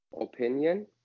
opinion